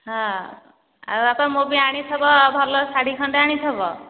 ହଁ ଆଉ ବାପା ମୋ ପାଇଁ ଆଣିଥିବ ଭଲ ଶାଢ଼ୀ ଖଣ୍ଡେ ଅଣିଥିବ